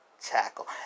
tackle